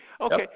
okay